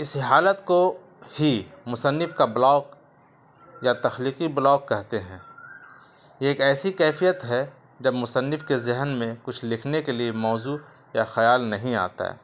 اس حالت کو ہی مصنف کا بلاک یا تخلیقی بلاک کہتے ہیں یہ ایسی کیفیت ہے جب مصنف کے ذہن میں کچھ لکھنے کے لیے موضوع یا خیال نہیں آتا ہے